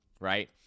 right